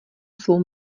svou